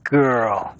girl